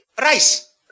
rice